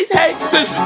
haters